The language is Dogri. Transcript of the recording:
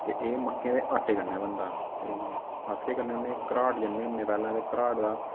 ते एह् मक्कें दे आटे कन्नै बनदा ते अस केह् करने होन्नें घराट जन्नें होन्नें पैह्ले ते घराट दा